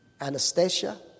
Anastasia